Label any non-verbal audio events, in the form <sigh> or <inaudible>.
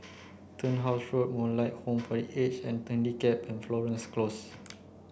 Turnhouse Road Moonlight Home for the Aged and <unintelligible> and Florence Close